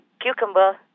cucumber